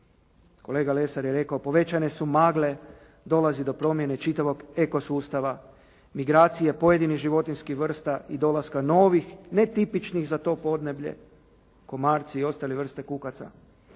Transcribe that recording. Kolega Lesar je rekao povećane su magle, dolazi do promjene čitavog eko sustava, migracije pojedinih životinjskih vrsta i dolaska novih netipičnih za to podneblje, komarci i ostale vrste kukaca.